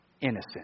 innocent